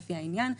לפי העניין,